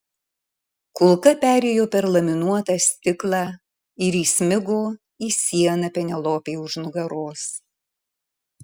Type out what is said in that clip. kulka perėjo per laminuotą stiklą ir įsmigo į sieną penelopei už nugaros